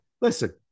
Listen